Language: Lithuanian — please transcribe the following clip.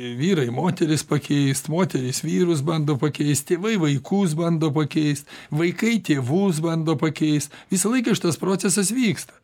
vyrai moteris pakeist moterys vyrus bando pakeist tėvai vaikus bando pakeist vaikai tėvus bando pakeist visą laiką šitas procesas vyksta